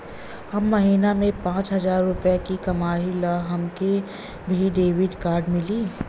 हम महीना में पाँच हजार रुपया ही कमाई ला हमे भी डेबिट कार्ड मिली?